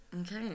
Okay